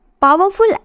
powerful